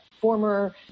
former